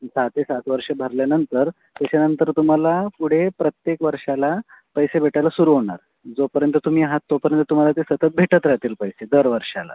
सहा ते सात वर्षं भरल्यानंतर त्याच्यानंतर तुम्हाला पुढे प्रत्येक वर्षाला पैसे भेटायला सुरू होणार जोपर्यंत तुम्ही आहात तोपर्यंत तुम्हाला ते सतत भेटत राहतील पैसे दर वर्षाला